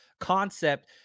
concept